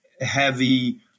heavy